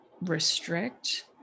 restrict